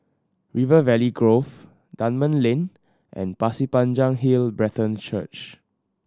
River Valley Grove Dunman Lane and Pasir Panjang Hill Brethren Church